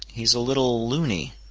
he's a little luny,